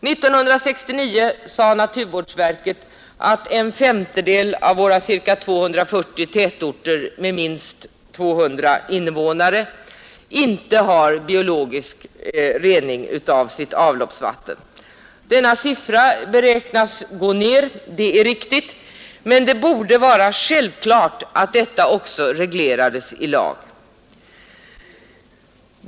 1969 sade naturvårdsverket att en femtedel av våra ca 240 tätorter med minst 200 invånare inte har biologisk rening av sitt avloppsvatten. Denna siffra beräknas gå ned — det är riktigt — men det borde vara självklart att detta också regleras i lag.